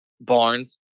Barnes